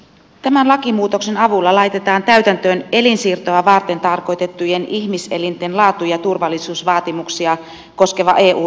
tämän lakimuutoksen avulla laitetaan täytäntöön elinsiirtoa varten tarkoitettujen ihmiselinten laatu ja turvallisuusvaatimuksia koskeva eu direktiivi